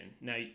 Now